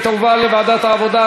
לוועדת העבודה,